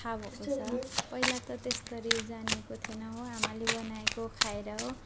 थाहा भएको छ पहिला त त्यस्तरी जानिएको थिइनँ हो आमाले बनाएको खाएर हो